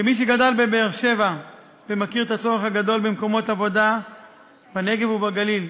כמי שגדל בבאר-שבע ומכיר את הצורך הגדול במקומות עבודה בנגב ובגליל,